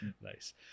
nice